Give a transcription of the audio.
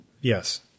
Yes